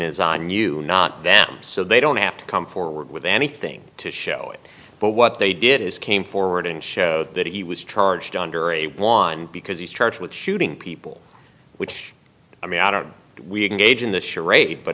is on you not them so they don't have to come forward with anything to show it but what they did is came forward and showed that he was charged under a one because he's charged with shooting people which i mean i don't we engage in this charade but